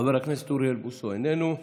חבר הכנסת אוריאל בוסו, איננו.